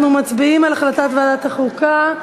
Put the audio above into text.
אנחנו מצביעים על החלטת ועדת החוקה.